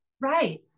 right